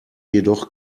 jedoch